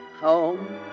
Home